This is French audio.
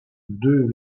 deux